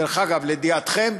דרך אגב, לידיעתכם,